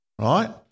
Right